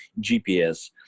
GPS